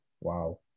Wow